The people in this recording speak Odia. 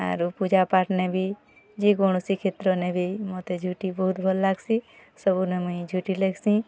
ଆରୁ ପୂଜାପାଠ୍ ନେ ବି ଯେ କୌଣସି କ୍ଷେତ୍ର ନେ ବି ମତେ ଝୋଟି ବହୁତ ଭଲ୍ ଲାଗ୍ସି ସବୁ ନି ମୁଁଇ ଝୋଟି ଲେଖ୍ସି